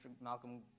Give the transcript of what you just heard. Malcolm